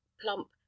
plump